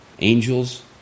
Angels